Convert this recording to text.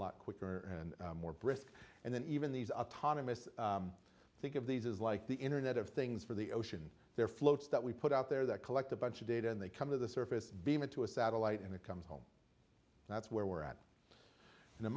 lot quicker and more brisk and then even these autonomous think of these as like the internet of things for the ocean there floats that we put out there that collect a bunch of data and they come to the surface beam it to a satellite and it comes home and that's where we're at in the